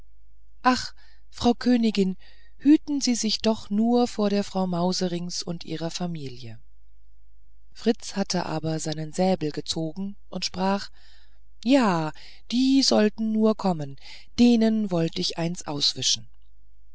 ach frau königin hüten sie sich doch nur vor der frau mauserinks und ihrer familie fritz hatte aber seinen säbel gezogen und sprach ja die sollten nur kommen denen wollt ich eins auswischen